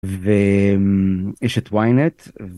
ויש את ויינט.